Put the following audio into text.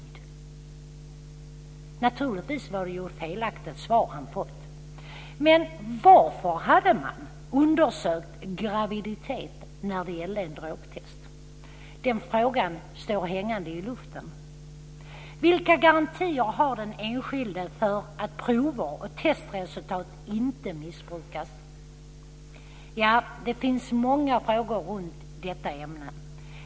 Det var naturligtvis ett felaktigt svar han fått. Men varför hade man undersökt graviditet när det gällde ett drogtest? Den frågan hänger i luften. Vilka garantier har den enskilde för att prover och testresultat inte missbrukas? Det finns många frågor i detta ämne.